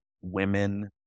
women